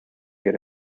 get